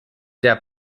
der